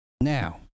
Now